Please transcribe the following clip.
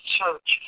Church